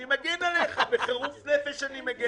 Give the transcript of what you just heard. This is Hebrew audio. אני מגן עליך בחירוף נפש.